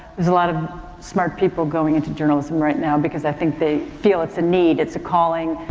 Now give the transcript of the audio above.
there's a lot of smart people going into journalism right now because i think they feel it's a need, it's a calling,